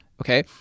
okay